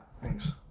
Thanks